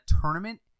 tournament